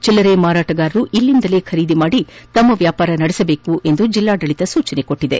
ಚಿಲ್ಲರೆ ಮಾರಾಟ ಗಾರರು ಇಲ್ಲಿಂದ ಖರೀದಿಸಿ ತಮ್ಮ ವ್ಯಾಪಾರ ನಡೆಸುವಂತೆ ಜಿಲ್ಲಾಡಳಿತ ಸೂಚಿಸಿದೆ